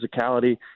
physicality